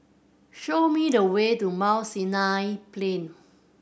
show me the way to Mount Sinai Plain